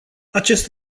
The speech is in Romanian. acest